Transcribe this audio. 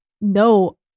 No